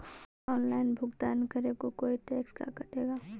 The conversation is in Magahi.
ऑनलाइन भुगतान करे को कोई टैक्स का कटेगा?